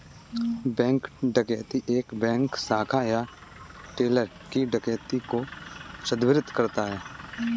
bank डकैती एक bank शाखा या टेलर की डकैती को संदर्भित करता है